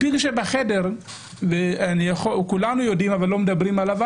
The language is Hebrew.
כולנו יודעים מה הפיל שבחדר ולא מדברים עליו,